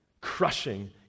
crushing